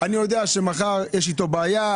אני יודע שמחר יש איתו בעיה,